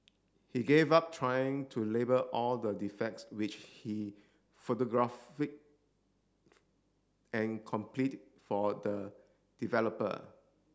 he gave up trying to label all the defects which he photographic and complete for the developer